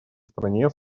стране